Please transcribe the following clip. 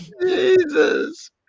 Jesus